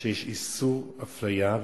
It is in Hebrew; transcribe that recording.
שיש איסור אפליה,